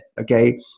okay